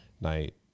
night